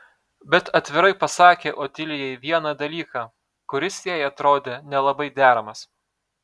bet atvirai pasakė otilijai vieną dalyką kuris jai atrodė nelabai deramas